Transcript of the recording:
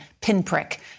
pinprick